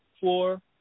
four